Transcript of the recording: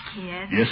Yes